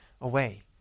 away